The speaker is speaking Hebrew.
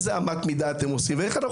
איזה אמת מידה אתם עושים ואיך אנחנו